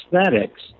aesthetics